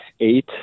eight